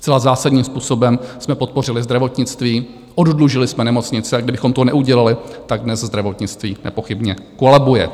Zcela zásadním způsobem jsme podpořili zdravotnictví, oddlužili jsme nemocnice, a kdybychom to neudělali, tak dnes zdravotnictví nepochybně kolabuje.